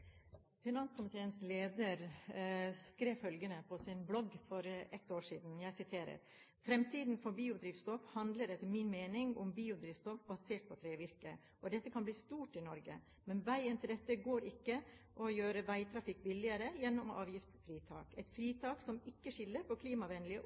Finanskomiteens leder skrev følgende på sin blogg for et år siden: «Men fremtiden for biodrivstoff handler etter min mening om biodrivstoff basert på trevirke. Og dette kan bli stort i Norge. Men veien til dette går ikke om å gjøre veitrafikk billigere gjennom avgiftsfritak – et fritak som ikke skiller på klimavennlig- og